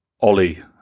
Ollie